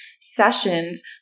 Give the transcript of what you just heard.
sessions